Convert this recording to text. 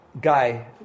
guy